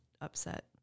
upset